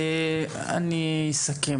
אני אסכם,